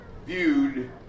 Viewed